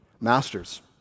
Masters